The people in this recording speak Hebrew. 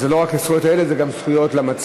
זה לא רק זכויות הילד, זה גם זכויות למציע.